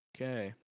Okay